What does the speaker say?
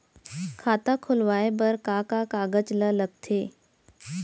खाता खोलवाये बर का का कागज ल लगथे?